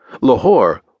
Lahore